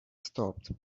stopped